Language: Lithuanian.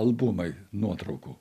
albumai nuotraukų